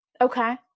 Okay